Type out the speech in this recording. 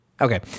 okay